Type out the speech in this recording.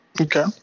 Okay